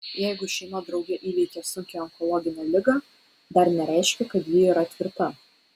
jeigu šeima drauge įveikė sunkią onkologinę ligą dar nereiškia kad ji yra tvirta